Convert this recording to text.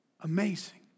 amazing